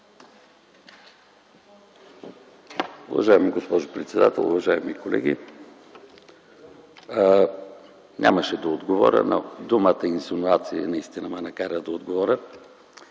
Уважаема госпожо председател, уважаеми колеги, нямаше да отговоря, но думата „инсинуация” наистина ме накара да отговоря.